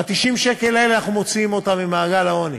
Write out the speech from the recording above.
ב-90 שקל האלה אנחנו מוציאים אותם ממעל העוני.